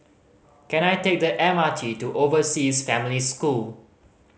can I take the M R T to Overseas Family School